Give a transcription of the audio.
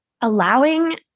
allowing